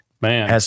man